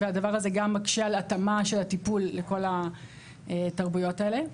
והדבר הזה גם מקשה על התאמה של הטיפול לכל התרבויות האלה.